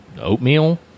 Oatmeal